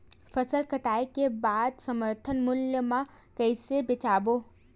फसल कटाई के बाद समर्थन मूल्य मा कइसे बेचबो?